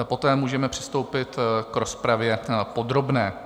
Poté můžeme přistoupit k rozpravě podrobné.